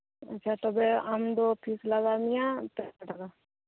ᱛᱟᱦᱞᱮ ᱟᱢ ᱫᱚ ᱯᱷᱤᱥ ᱞᱟᱜᱟᱣ ᱢᱮᱭᱟ ᱯᱟᱥᱳ ᱴᱟᱠᱟ